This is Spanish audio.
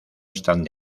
están